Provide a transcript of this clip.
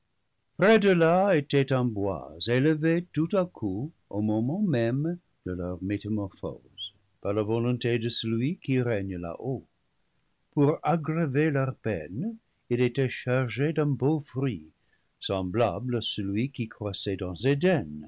de là était un bois élevé tout à coup au moment même de leur métamorphose par la volonté de celui qui règne là-haut pour aggraver leur peine il était chargé d'un beau fruit semblable à celui qui croissait dans eden